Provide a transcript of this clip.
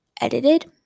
edited